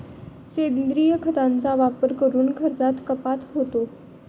सेंद्रिय खतांचा वापर करून खर्चात कपात होते